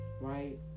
Right